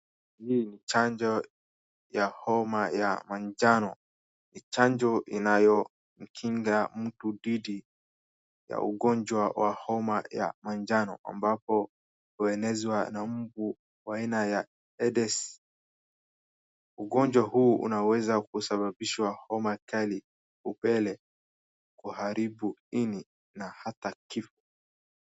Hii ni chanjo ya homa ya manjano. Ni chanjo inayomkinga mtu dhidi ya ugonjwa wa homa ya manjano, ambapo huenezwa na mbu wa aina ya Aedes . Ugonjwa huu unaweza kusababishwa homa kali, upele, kuharibu ini na hata kifo.